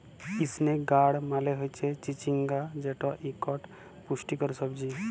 ইসনেক গাড় মালে হচ্যে চিচিঙ্গা যেট ইকট পুষ্টিকর সবজি